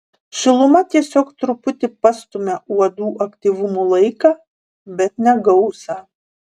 šiluma tiesiog truputį pastumia uodų aktyvumo laiką bet ne gausą